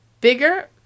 bigger